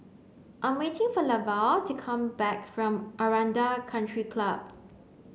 I am waiting for Levar to come back from Aranda Country Club